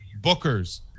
bookers